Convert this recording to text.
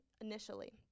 initially